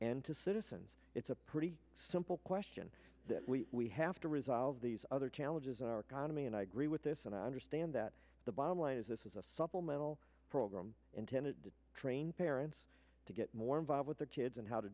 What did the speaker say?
and to citizens it's a pretty simple question that we we have to resolve these other challenges in our economy and i agree with this and understand that the bottom line is this is a supplemental program intended to train parents to get more involved with their kids and how to